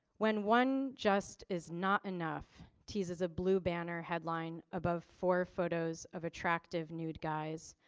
when one just is not enough, teases a blue banner headline above for photos of attractive nude guys.